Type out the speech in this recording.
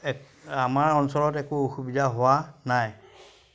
এক আমাৰ অঞ্চলত একো অসুবিধা হোৱা নাই